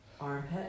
armpit